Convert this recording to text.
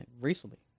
recently